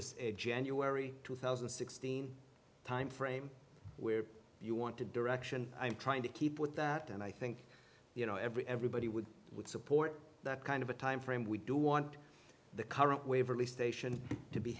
january two thousand and sixteen timeframe where you want to direction i'm trying to keep with that and i think you know every everybody would would support that kind of a timeframe we do want the current waverley station to be